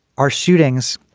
are shootings.